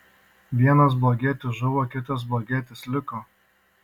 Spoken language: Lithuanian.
vienas blogietis žuvo kitas blogietis liko